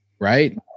Right